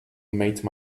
made